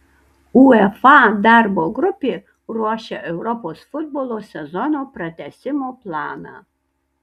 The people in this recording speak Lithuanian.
uefa darbo grupė ruošia europos futbolo sezono pratęsimo planą